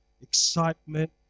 excitement